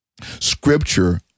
Scripture